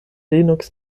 linux